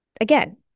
again